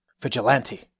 Vigilante